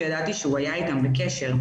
שידעתי שהוא היה איתן בקשר,